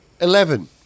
Eleven